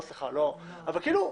סליחה, לא שלא אכפת לכם.